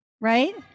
right